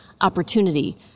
opportunity